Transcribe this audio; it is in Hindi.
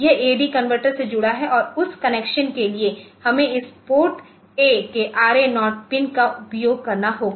यह AD कनवर्टर से जुड़ा है और उस कनेक्शन के लिए हमें इस PORTA के RA0 पिन का उपयोग करना होगा